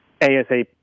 ASAP